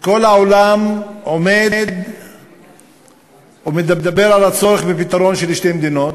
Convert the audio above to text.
כל העולם עומד ומדבר על הצורך בפתרון של שתי מדינות,